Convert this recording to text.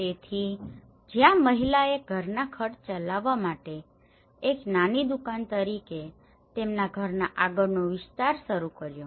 તેથી જ્યાં મહિલાએ ઘરના ખર્ચ ચલાવવા માટે એક નાની દુકાન તરીકે તેમના ઘરના આગળનો વિસ્તાર શરૂ કર્યો છે